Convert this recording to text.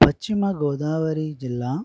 పశ్చిమ గోదావరి జిల్లా